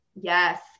yes